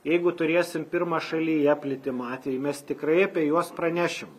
jeigu turėsim pirmą šalyje plitimo atvejį mes tikrai apie juos pranešim